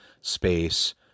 space